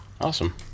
Awesome